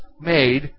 made